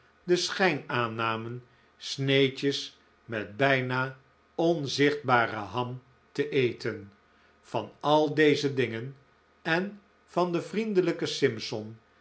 den schijn aannamen sneedjes met bijna onzichtbare ham te eten van al deze dingen en van den